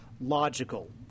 logical